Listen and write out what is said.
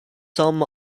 some